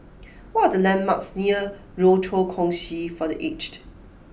what the landmarks near Rochor Kongsi for the Aged